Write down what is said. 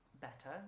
better